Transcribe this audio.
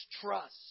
trust